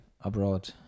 abroad